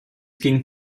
ging